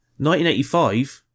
1985